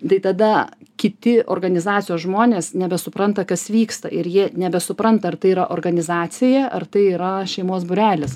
tai tada kiti organizacijos žmonės nebesupranta kas vyksta ir jie nebesupranta ar tai yra organizacija ar tai yra šeimos būrelis